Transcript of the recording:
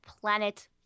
Planet